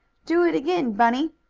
do it again, bunny!